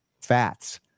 fats